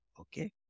Okay